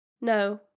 No